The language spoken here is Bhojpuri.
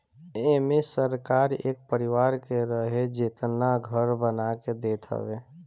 एमे सरकार एक परिवार के रहे जेतना घर बना के देत हवे